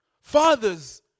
Fathers